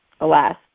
Alas